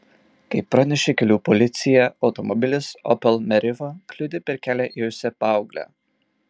kaip pranešė kelių policija automobilis opel meriva kliudė per kelią ėjusią paauglę